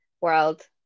world